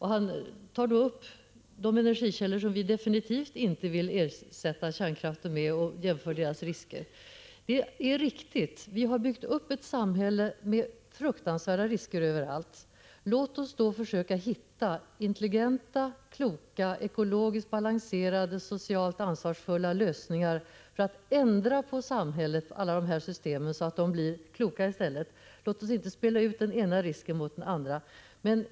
Han nämner sedan de energikällor som vi definitivt inte vill ersätta kärnkraften med och jämför deras risker. Det är riktigt att vi har byggt upp ett samhälle med fruktansvärda risker överallt. Låt oss då försöka hitta intelligenta, ekologiskt balanserade och socialt ansvarsfulla lösningar för att ändra på samhället och alla dessa system, så att de i stället blir kloka. Låt oss inte spela ut den ena risken mot den andra.